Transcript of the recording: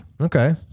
Okay